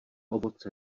ovoce